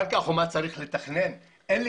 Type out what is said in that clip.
קרקע חומה צריך לתכנן -- ראדי,